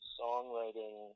songwriting